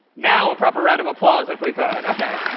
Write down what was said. now, a proper round of applause if we could. ok.